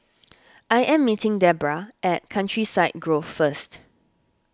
I am meeting Debora at Countryside Grove first